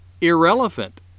Irrelevant